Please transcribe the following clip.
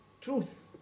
truth